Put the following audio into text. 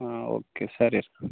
ಹಾಂ ಓಕೆ ಸರಿ ಸರ್